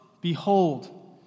behold